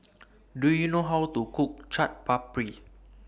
Do YOU know How to Cook Chaat Papri